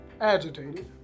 agitated